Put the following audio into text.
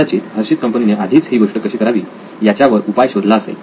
कदाचित Hershey's Hershey's कंपनीने आधीच ही गोष्ट कशी करावी याच्यावर उपाय शोधला असेल